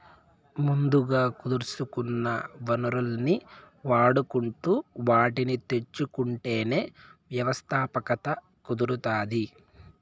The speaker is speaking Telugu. ముందుగా కుదుర్సుకున్న వనరుల్ని వాడుకుంటు వాటిని తెచ్చుకుంటేనే వ్యవస్థాపకత కుదురుతాది